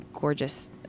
gorgeous